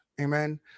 amen